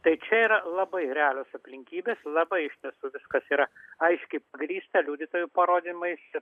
tai čia yra labai realios aplinkybės labai iš tiesų viskas yra aiškiai parįsta liudytojų parodymais